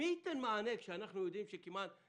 מי ייתן מענה כאשר אנחנו יודעים שמדברים